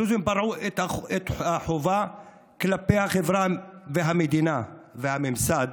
הדרוזים פרעו את החובה כלפי החברה, המדינה והממסד,